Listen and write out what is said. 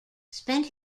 spent